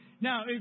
Now